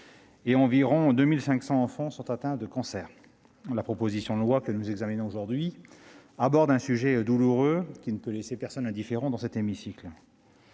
et environ 2 500 enfants sont atteints d'un cancer. La proposition de loi que nous examinons aujourd'hui aborde un sujet douloureux, qui ne peut laisser personne indifférent. La maladie